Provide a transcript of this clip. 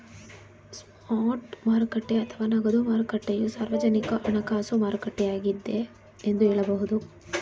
spot ಮಾರುಕಟ್ಟೆ ಅಥವಾ ನಗದು ಮಾರುಕಟ್ಟೆಯು ಸಾರ್ವಜನಿಕ ಹಣಕಾಸು ಮಾರುಕಟ್ಟೆಯಾಗಿದ್ದೆ ಎಂದು ಹೇಳಬಹುದು